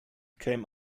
came